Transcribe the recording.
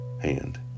hand